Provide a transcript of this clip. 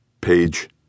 Page